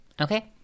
Okay